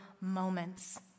moments